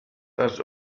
das